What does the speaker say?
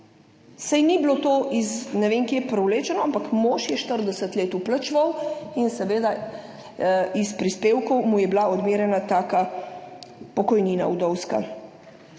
Saj ni bilo to iz ne vem kje privlečeno, ampak mož je 40 let vplačeval in seveda iz prispevkov mu je bila odmerjena taka pokojnina. Vdovska,